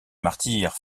martyrs